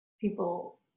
people